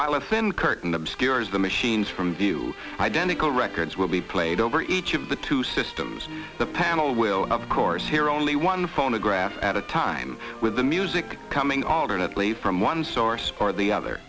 while a thin curtain obscures the machines from view identical records will be played over each of the two systems the panel will of course hear only one phonograph at a time with the music coming alternately from one source or the other